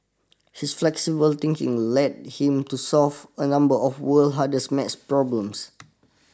his flexible thinking led him to solve a number of world hardest math problems